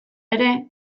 ere